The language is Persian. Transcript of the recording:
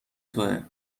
تویه